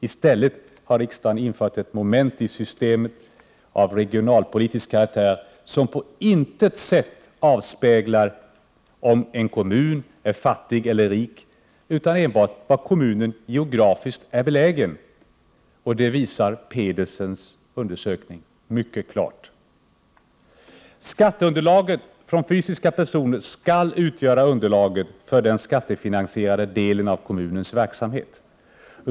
I stället har riksdagen infört ett moment av regionalpolitisk karaktär i systemet, som på intet sätt avspeglar om en kommun är fattig eller rik, utan enbart var kommunen är belägen geografiskt. Det visar Pedersens undersökning mycket klart. Skatteunderlaget för fysiska personer skall utgöra underlaget för den skattefinansierade delen av kommunens verksamhet.